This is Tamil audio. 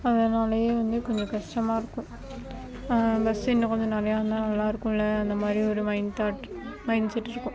அதனாலேயே வந்து கொஞ்சம் கஷ்டமாக இருக்கும் பஸ் இன்னும் கொஞ்சம் நிறையா இருந்தால் நல்லாயிருக்கும்ல அந்த மாதிரி ஒரு மைண்ட் தாட் மைண்ட்செட் இருக்கும்